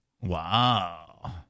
Wow